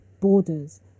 borders